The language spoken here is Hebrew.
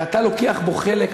ואתה לוקח בו חלק,